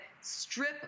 strip